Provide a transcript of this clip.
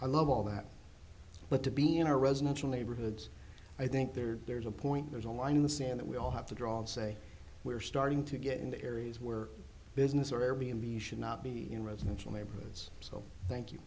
i love all that but to be in a residential neighborhoods i think there's there's a point there's a line in the sand that we all have to draw and say we're starting to get into areas where business already in the should not be in residential neighborhoods so thank you